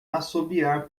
assobiar